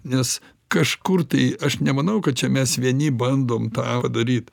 nes kažkur tai aš nemanau kad čia mes vieni bandom tą padaryt